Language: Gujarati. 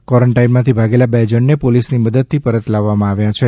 ક્વોરન્ટાઇનમાંથી ભાગેલા બે જણને પોલીસની મદદથી પરત લાવવામાં આવ્યા છે